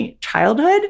childhood